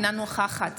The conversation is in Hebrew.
אינה נוכחת